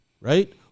right